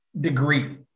degree